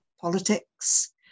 politics